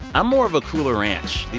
i'm more of a cooler ranch